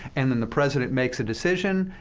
and then the president makes a decision,